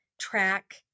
track